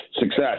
success